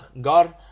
God